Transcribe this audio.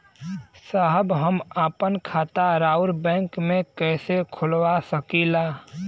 साहब हम आपन खाता राउर बैंक में कैसे खोलवा सकीला?